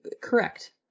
correct